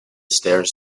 stairs